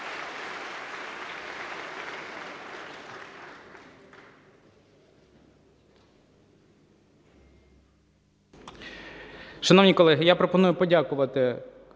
Дякую,